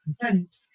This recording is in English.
content